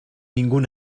ningún